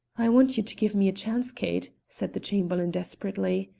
i want you to give me a chance, kate, said the chamberlain desperately.